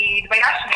כי התביישנו,